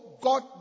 God